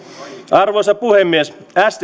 arvoisa puhemies